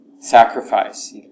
sacrifice